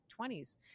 20s